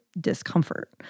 discomfort